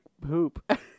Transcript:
poop